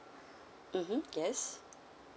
mmhmm yes